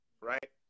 right